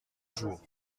jours